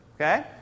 okay